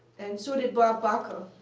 and so did bob bacher.